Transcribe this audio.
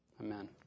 amen